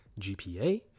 GPA